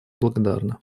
благодарны